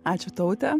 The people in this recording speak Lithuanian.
ačiū taute